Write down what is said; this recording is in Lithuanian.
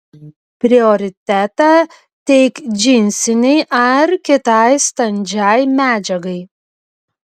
prioritetą teik džinsinei ar kitai standžiai medžiagai